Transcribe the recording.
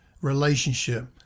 relationship